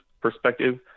perspective